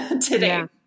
today